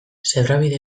zebrabide